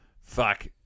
fuck